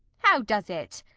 how does it?